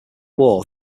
war